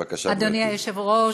אדוני היושב-ראש,